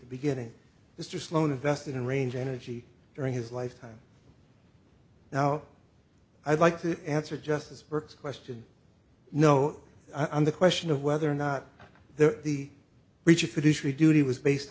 the beginning it's just loan invested in range energy during his lifetime now i'd like to answer just as burke's question no i'm the question of whether or not they're the breach of fiduciary duty was based